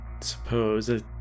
suppose